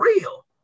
real